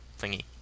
thingy